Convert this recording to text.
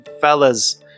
fellas